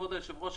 כבוד היושב-ראש,